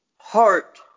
heart